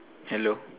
hello